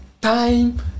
Time